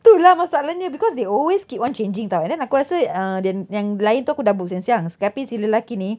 tu lah masalahnya because they always keep on changing [tau] and then aku rasa uh yang yang lain tu aku dah book siang-siang tapi si lelaki ni